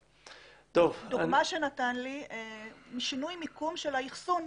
הדוגמה שנתתם היא שינוי מקום של האחסון.